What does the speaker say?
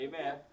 amen